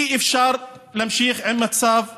אי-אפשר להמשיך עם מצב כזה.